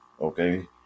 Okay